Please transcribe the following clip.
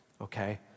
okay